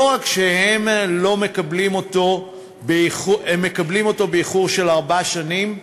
לא רק שהם מקבלים אותו באיחור של ארבע שנים,